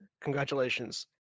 Congratulations